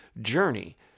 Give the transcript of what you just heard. journey